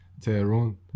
Tehran